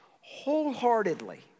wholeheartedly